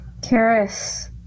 Karis